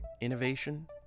innovation